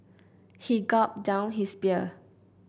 he gulped down his beer